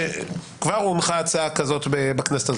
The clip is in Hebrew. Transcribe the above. שכבר הונחה הצעה כזאת בכנסת הזו.